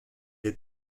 est